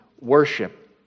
worship